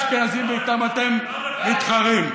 זוהי הדת היהודית האמיתית, אם אתם רוצים להבין